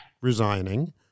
resigning